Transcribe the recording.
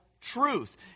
Truth